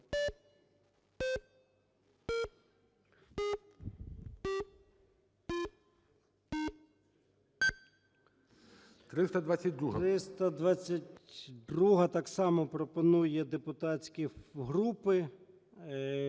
322-а так само пропонує "депутатські групи".